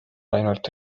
ainult